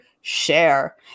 share